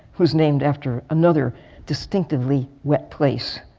who is named after another distinctively wet place.